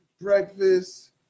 Breakfast